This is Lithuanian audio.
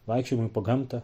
vaikščiojimui po gamtą